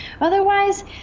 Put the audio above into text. Otherwise